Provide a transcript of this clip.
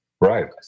Right